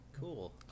Cool